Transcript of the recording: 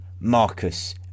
Marcus